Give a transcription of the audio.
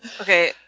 okay